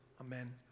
Amen